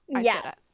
Yes